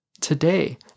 today